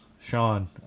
Sean